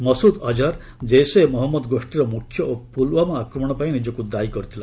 ମସୁଦ୍ ଅକ୍ହର୍ ଜେସେ ମହମ୍ମଦ ଗୋଷୀର ମୁଖ୍ୟ ଓ ପୁଲ୍ୱାମା ଆକ୍ରମଣ ପାଇଁ ନିଜକୁ ଦାୟୀ କରିଥିଲା